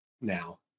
now